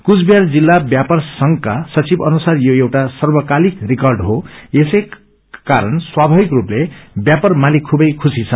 कुविाहार जिल्ल व्यापार संघका सचिव अनुसार यो एउटा सर्वकालिन रिर्काड हो यसैकारिक स्वाभाविक रूपले व्यापार मालिक खुबै खुशी छन्